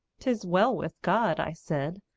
tis well with god, i said,